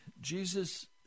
Jesus